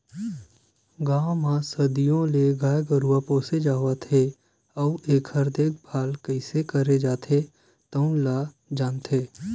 गाँव म सदियों ले गाय गरूवा पोसे जावत हे अउ एखर देखभाल कइसे करे जाथे तउन ल जानथे